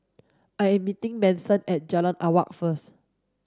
I am meeting Manson at Jalan Awang first